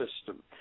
system